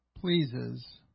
pleases